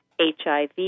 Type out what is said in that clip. HIV